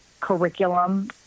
curriculum